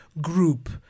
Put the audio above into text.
group